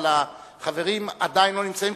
אבל החברים עדיין לא נמצאים,